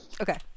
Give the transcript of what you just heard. Okay